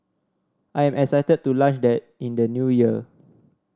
I am excited to launch that in the New Year